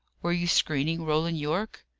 were you screening roland yorke?